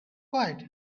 quiet